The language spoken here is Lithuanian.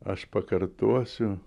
aš pakartosiu